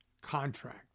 contract